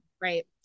right